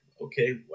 okay